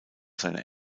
seine